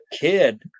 kid